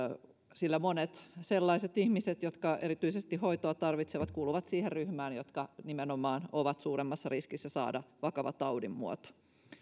sillä monet sellaiset ihmiset jotka erityisesti hoitoa tarvitsevat kuuluvat siihen ryhmään jotka nimenomaan ovat suuremmassa riskissä saada vakava taudinmuoto